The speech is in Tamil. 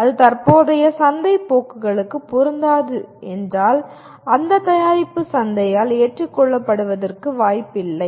அது தற்போதைய சந்தை போக்குகளுக்கு பொருந்தாது என்றால் அந்த தயாரிப்பு சந்தையால் ஏற்றுக்கொள்ளப்படுவதற்கு வாய்ப்பில்லை